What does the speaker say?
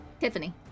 Tiffany